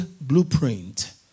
blueprint